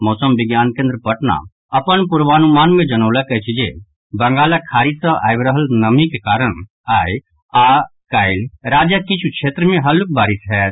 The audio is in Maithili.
मौसम विज्ञान केन्द्र पटना अपन पूर्वानुमान मे जनौलक अछि जे बंगालक खाडी सँ आबि रहल नमीक कारण आई आओर काल्हि राज्यक किछ् क्षेत्र मे हल्लुक बारिश होयत